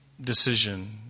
decision